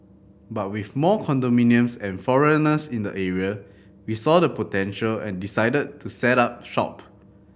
but with more condominiums and foreigners in the area we saw the potential and decided to set up shop